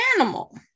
animal